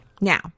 Now